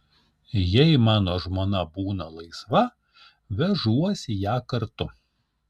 jei mano žmona būna laisva vežuosi ją kartu